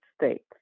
States